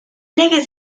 legis